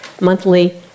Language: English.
monthly